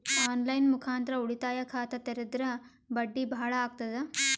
On line ಮುಖಾಂತರ ಉಳಿತಾಯ ಖಾತ ತೇರಿದ್ರ ಬಡ್ಡಿ ಬಹಳ ಅಗತದ?